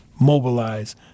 mobilize